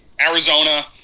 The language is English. Arizona